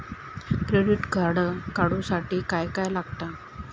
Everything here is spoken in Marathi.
क्रेडिट कार्ड काढूसाठी काय काय लागत?